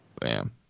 Bam